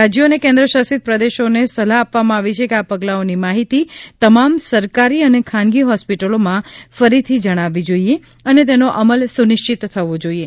રાજ્યો અને કેન્દ્ર શાસિત પ્રદેશોને સલાહ આપવામાં આવી છે કે આ પગલાઓની માહિતી તમામ સરકારી અને ખાનગી હોસ્પિટલોમાં ફરીથી જણાવવી જોઈએ અને તેનો અમલ સુનિશ્ચિત થવો જોઈએ